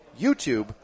YouTube